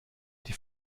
die